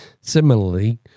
Similarly